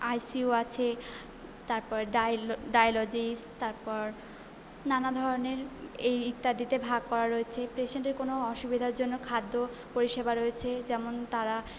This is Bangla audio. আইসিইউ আছে তারপর ডাইলো ডাইলজিস্ট তারপর নানা ধরণের এই ইত্যাদিতে ভাগ করা রয়েছে প্রেশেন্টের কোনও অসুবিধার জন্য খাদ্য পরিষেবা রয়েছে যেমন তারা